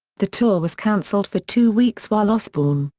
the tour was canceled for two weeks while osbourne,